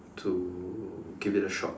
to give it a shot